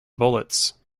bullets